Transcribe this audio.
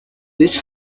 this